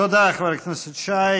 תודה, חבר הכנסת שי.